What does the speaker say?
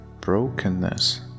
brokenness